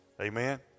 Amen